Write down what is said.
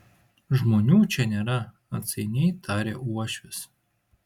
žmonių čia nėra atsainiai tarė uošvis